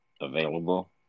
available